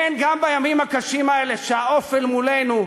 כן, גם בימים הקשים האלה, כשהאופל מולנו,